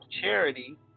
charity